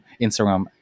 Instagram